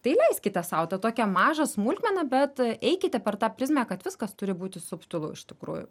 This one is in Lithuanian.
tai leiskite sau tą tokią mažą smulkmeną bet eikite per tą prizmę kad viskas turi būti subtilu iš tikrųjų